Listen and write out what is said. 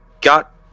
got